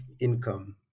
income